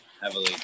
heavily